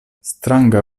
stranga